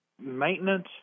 maintenance